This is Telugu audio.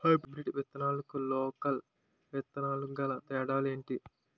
హైబ్రిడ్ విత్తనాలకు లోకల్ విత్తనాలకు గల తేడాలు ఏంటి?